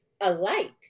alike